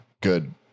good